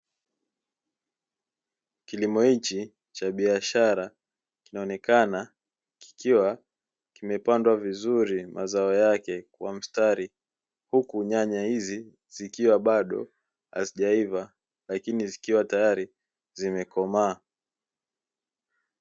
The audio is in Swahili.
Kilimo hichi cha biashara kinaonekana kikiwa kimepandwa vizuri mazao yake kwa mstari, huku nyanya hizi zikiwa bado hazijaiva lakini zikiwa tayari zimekomaa.